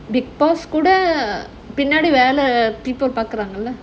bigg boss கூட பின்னாடி வேற:kooda pinnaadi vera people பாக்குறாங்கல:paakuraangala